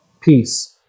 peace